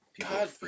God